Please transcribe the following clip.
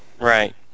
Right